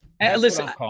Listen